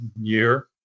year